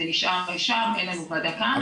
זה נשאר שם, אין לנו ועדה כאן.